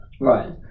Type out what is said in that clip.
Right